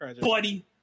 Buddy